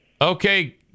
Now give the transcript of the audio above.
Okay